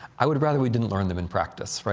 i would rather we didn't learn them in practice.